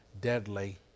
deadly